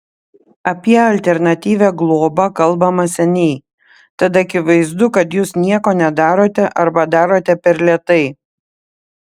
apie alternatyvią globą kalbama seniai tad akivaizdu kad jūs nieko nedarote arba darote per lėtai